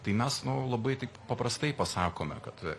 tai mes nu labai taip paprastai pasakome kad